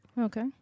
Okay